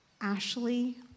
Ashley